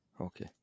Okay